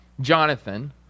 Jonathan